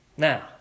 Now